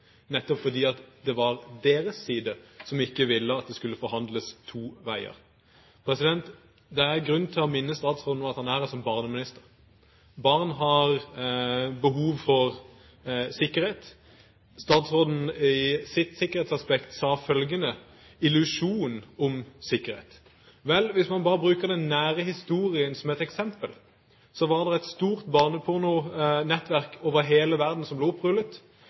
nettopp fordi det var deres side som ikke ville at det skulle forhandles to veier. Det er grunn til å minne statsråden om at han er her som barneminister. Barn har behov for sikkerhet. Om sikkerhetsaspektet sa statsråden følgende: «illusjoner om sikkerhet». Vel, hvis man bare bruker den nære historien som et eksempel, var det et stort barnepornonettverk over hele verden som ble opprullet.